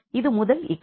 இது முதல் ஈக்வேஷன்